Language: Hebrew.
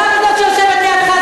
אתה וזאת שיושבת לידך,